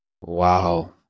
Wow